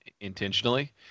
intentionally